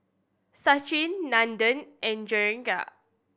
Sachin Nandan and Jehangirr